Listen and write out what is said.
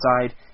side